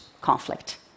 conflict